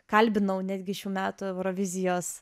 kalbinau netgi šių metų eurovizijos